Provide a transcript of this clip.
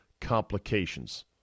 complications